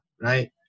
right